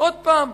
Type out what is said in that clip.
עוד פעם,